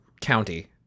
County